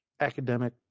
Academic